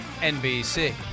NBC